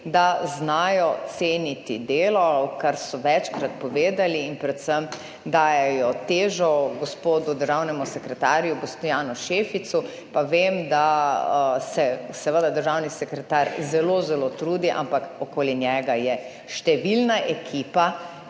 da znajo ceniti delo, kar so večkrat povedali, in predvsem dajejo težo gospodu državnemu sekretarju, Boštjanu Šeficu. Pa vem, da se seveda državni sekretar zelo, zelo trudi, ampak okoli njega je številna ekipa,